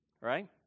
Right